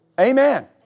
Amen